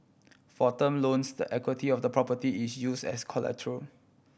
for term loans the equity of the property is use as collateral